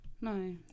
No